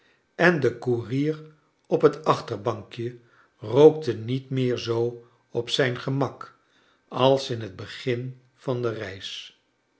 en de koerier op het achterbankje rookte niet meer zoo op zijn gemak als in het begin van de reis